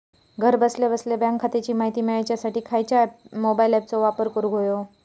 घरा बसल्या बसल्या बँक खात्याची माहिती मिळाच्यासाठी खायच्या मोबाईल ॲपाचो वापर करूक होयो?